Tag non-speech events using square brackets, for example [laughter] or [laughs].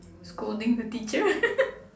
scolding the teacher [laughs]